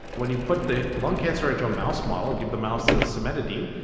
when you put the lung cancer into a mouse model and give the mouse the cimetidine,